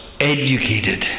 educated